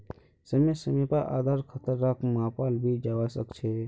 समय समय पर आधार खतराक मापाल भी जवा सक छे